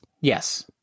Yes